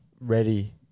ready